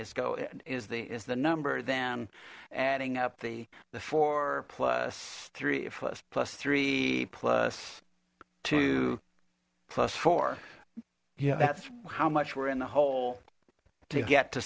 is going is the is the number then adding up the the four plus three plus plus three plus two plus four yeah that's how much we're in the hole to get to